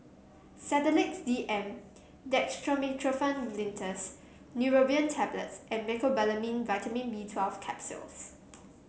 Sedilix D M Dextromethorphan Linctus Neurobion Tablets and Mecobalamin Vitamin B Twelve Capsules